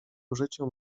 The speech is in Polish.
użyciu